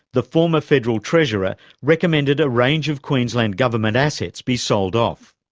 the former federal treasurer recommended a range of queensland government assets be sold off.